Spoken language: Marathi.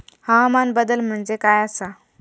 हवामान बदल म्हणजे काय आसा?